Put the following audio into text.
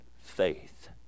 faith